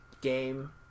game